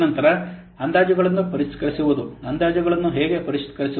ತದನಂತರ ಅಂದಾಜುಗಳನ್ನು ಪರಿಷ್ಕರಿಸುವುದು ಅಂದಾಜುಗಳನ್ನು ಹೇಗೆ ಪರಿಷ್ಕರಿಸುವುದು